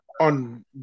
On